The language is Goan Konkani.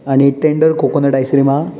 आनी टँडर कोकोनट आयस्क्रीम आहा